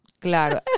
Claro